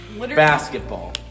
Basketball